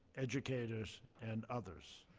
educators, and others.